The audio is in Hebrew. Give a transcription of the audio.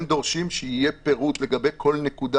הם דורשים שיהיה פירוט לגבי כל נקודה